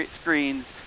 screens